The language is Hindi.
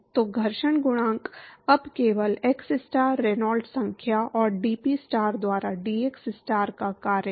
तो घर्षण गुणांक अब केवल xstar रेनॉल्ड्स संख्या और dPstar द्वारा dxstar का कार्य है